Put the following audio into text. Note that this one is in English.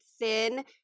thin